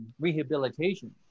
rehabilitation